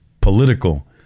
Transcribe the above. political